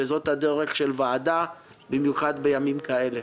זאת הדרך של ועדה במיוחד בימים כאלה.